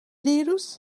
dirus